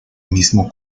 mismo